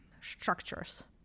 structures